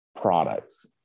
products